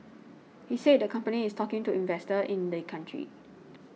he said the company is talking to investors in the country